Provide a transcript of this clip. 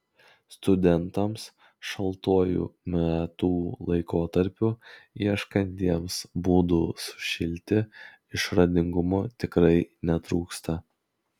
studentams šaltuoju metų laikotarpiu ieškantiems būdų sušilti išradingumo tikrai netrūksta